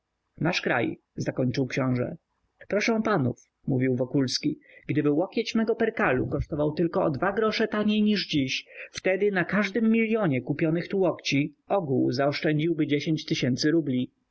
nasz kraj zakończył książe proszę panów mówił wokulski gdyby łokieć mego perkalu kosztował tylko o dwa grosze taniej niż dziś wówczas na każdym milionie kupionych tu łokci ogół oszczędziłby dziesięć tysięcy rubli